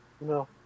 No